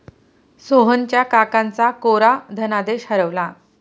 सोहनच्या काकांचा कोरा धनादेश हरवला